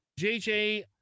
JJ